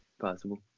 possible